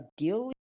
ideally